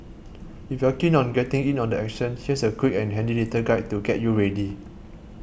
if you're keen on getting in on the action she's a quick and handy little guide to get you ready